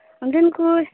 ᱟᱫᱚ ᱱᱩᱠᱩ